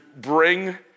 bring